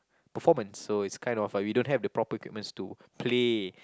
performance so it's kind of we don't have the proper equipments to play